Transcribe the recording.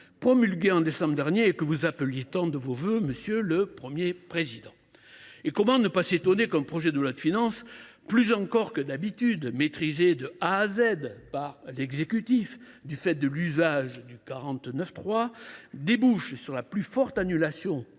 promulguée en décembre dernier et que vous appeliez de vos vœux, monsieur le Premier président. Et comment ne pas s’étonner qu’un projet de loi de finances, maîtrisé plus encore que d’habitude de A à Z par l’exécutif, du fait de l’usage du 49.3, débouche sur la plus forte annulation de crédits